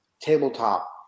tabletop